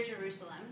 Jerusalem